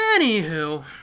Anywho